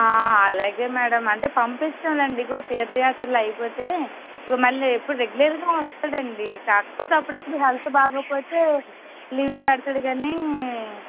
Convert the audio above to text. అలాగే మేడం అంటే పంపిస్తాం లెండి ఇదిగో తీర్థయాత్రలు అయిపోతే ఇదిగో మళ్ళీ రెగ్యులర్గా వస్తాడండి కాకపోతే అప్పుడప్పుడు హెల్త్ బాగుండకపోతే లీవ్ పెడతాడు కానీ